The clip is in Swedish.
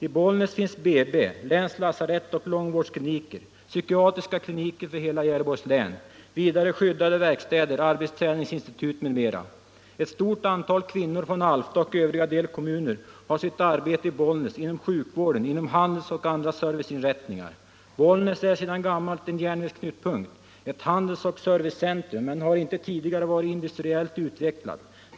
I Bollnäs finns BB, länslasarett, långvårdskliniker och psykiatriska kliniker för hela Gävleborgs län. Vidare finns skyddade verkstäder, arbetsträningsinstitut m.m. Ett stort antal kvinnor från Alfta och övriga delkommuner har sitt arbete i Bollnäs inom sjukvården, handeln och andra serviceinrättningar. Bollnäs är sedan gammalt en järnvägsknutpunkt och ett handelsoch servicecentrum, men har inte tidigare varit industriellt utvecklat.